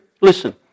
Listen